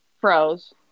froze